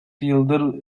yıldır